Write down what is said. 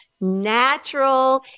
natural